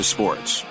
Sports